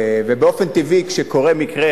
ובאופן טבעי כשקורה מקרה,